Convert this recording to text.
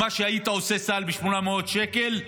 היית עושה סל ב-800 שקל,